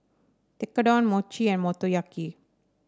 Tekkadon Mochi and Motoyaki